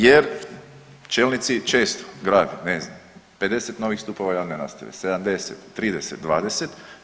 Jer čelnici često grade ne znam 50 novih stupova javne rasvjete, 70, 30, 20.